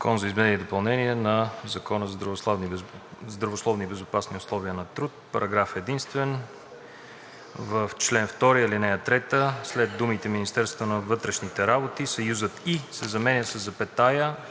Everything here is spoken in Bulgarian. „ЗАКОН за изменение и допълнение на Закона за здравословни и безопасни условия на труд Параграф единствен. В чл. 2, ал. 3 след думите „Министерството на вътрешните работи“ съюзът „и“ се заменя със запетая,